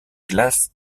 glaces